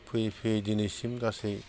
फैयै फैयै दिनैसिम गासै